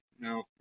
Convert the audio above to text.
no